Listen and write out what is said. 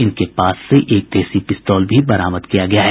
इनके पास से एक देसी पिस्तौल भी बरामद किया गया है